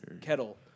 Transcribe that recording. Kettle